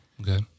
Okay